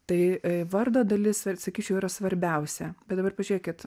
tai vardo dalis ir sakyčiau yra svarbiausia bet dabar pažiūrėkit